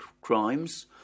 crimes